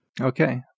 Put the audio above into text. okay